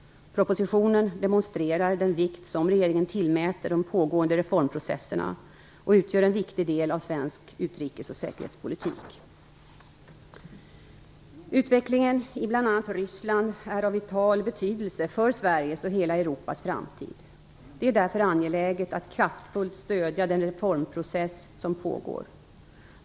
Propositionen demonstrerar den vikt som regeringen tillmäter de pågående reformprocesserna och utgör en viktig del av svensk utrikesoch säkerhetspolitik. Utvecklingen i bl.a. Ryssland är av vital betydelse för Sveriges och hela Europas framtid. Det är därför angeläget att kraftfullt stödja den reformprocess som pågår.